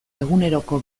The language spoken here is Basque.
eguneroko